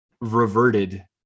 reverted